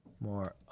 more